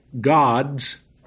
gods